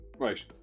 Right